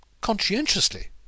conscientiously